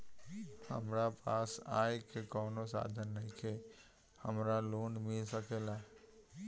हमरा पास आय के कवनो साधन नईखे हमरा लोन मिल सकेला?